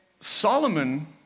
solomon